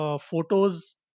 photos